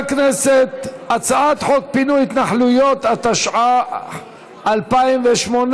הצעת חוק פינוי ההתנחלויות, התשע"ח 2018,